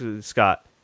scott